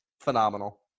phenomenal